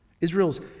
Israel's